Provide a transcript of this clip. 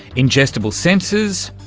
ingestible sensors,